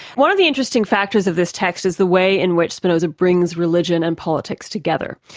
one of the interesting factors of this text is the way in which spinoza brings religion and politics together.